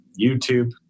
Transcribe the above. YouTube